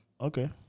Okay